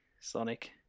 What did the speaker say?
Sonic